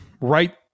right